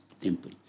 temple